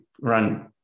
run